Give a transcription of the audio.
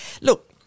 look